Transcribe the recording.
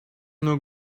nur